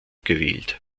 gewählt